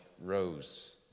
rose